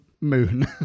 moon